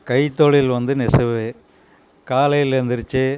கை தொழில் வந்து நெசவு காலையில எந்துருச்சி